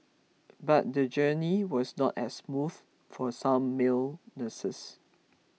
but the journey was not as smooth for some male nurses